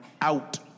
out